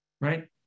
right